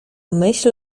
myśl